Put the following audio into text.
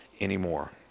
anymore